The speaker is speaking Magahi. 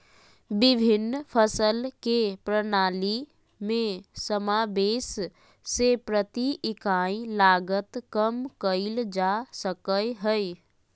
विभिन्न फसल के प्रणाली में समावेष से प्रति इकाई लागत कम कइल जा सकय हइ